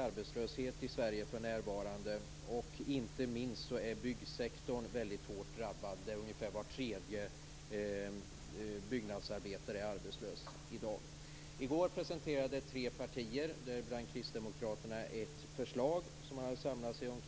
arbetslösheten i Sverige för närvarande väldigt hög. Inte minst byggsektorn är hårt drabbad. Ungefär var tredje byggnadsarbetare är i dag arbetslös. I går presenterade tre partier, däribland Kristdemokraterna, ett förslag som man samlats kring.